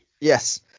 Yes